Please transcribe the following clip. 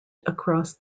across